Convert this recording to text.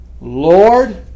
Lord